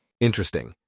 Interesting